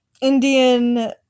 Indian